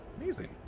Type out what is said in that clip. Amazing